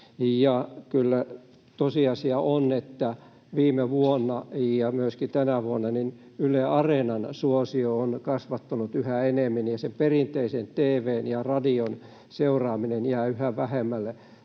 kyllä tosiasia on, että viime vuonna ja myöskin tänä vuonna Yle Areenan suosio on kasvanut yhä enemmän ja sen perinteisen tv:n ja radion seuraaminen jää yhä vähemmälle